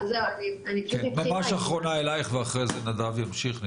ממש אחרונה אליך ואחרי זה נדב ימשיך.